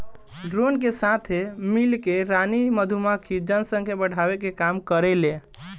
drone के साथे मिल के रानी मधुमक्खी जनसंख्या बढ़ावे के काम करेले